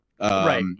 Right